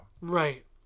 Right